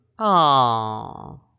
Aww